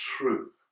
truth